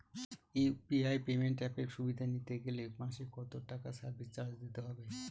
UPI payment অ্যাপের সুবিধা নিতে গেলে মাসে কত টাকা সার্ভিস চার্জ দিতে হবে?